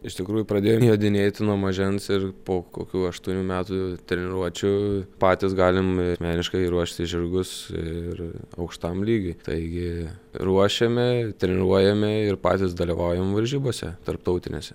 iš tikrųjų pradėjom jodinėti nuo mažens ir po kokių aštuonių metų treniruočių patys galim asmeniškai ruošti žirgus ir aukštam lygiui taigi ruošiame treniruojame ir patys dalyvaujam varžybose tarptautinėse